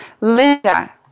Linda